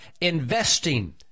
investing